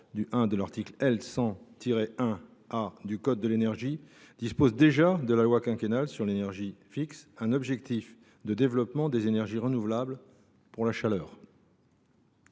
du I de l’article L. 100 1 A du code de l’énergie dispose déjà que la loi quinquennale sur l’énergie fixe un objectif de développement des énergies renouvelables pour la chaleur,